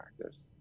practice